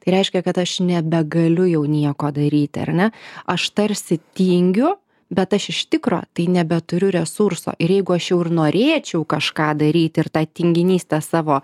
tai reiškia kad aš nebegaliu jau nieko daryti ar ne aš tarsi tingiu bet aš iš tikro tai nebeturiu resurso ir jeigu aš jau ir norėčiau kažką daryt ir tą tinginystę savo